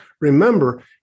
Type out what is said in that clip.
remember